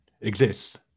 exists